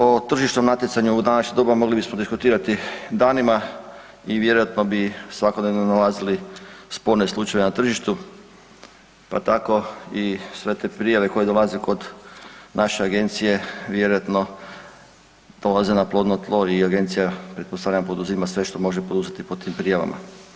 O tržišnom natjecanju u današnje doba mogli bismo diskutirati danima i vjerojatno bi svakodnevno nalazili sporne slučajeve na tržištu, pa tako i sve te prijave koje dolaze kod naše agencije vjerojatno dolaze na plodno tlo i agencija pretpostavljam poduzima sve što može poduzeti po tim prijavama.